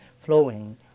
flowing